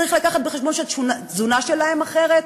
צריך לקחת בחשבון שהתזונה שלהם אחרת,